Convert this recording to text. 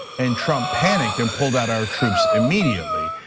and trump panic then pulled out our troops immediately.